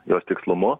jos tikslumu